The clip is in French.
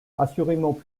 assurément